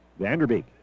Vanderbeek